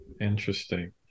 Interesting